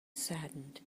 saddened